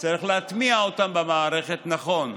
צריך להטמיע אותם במערכת נכון.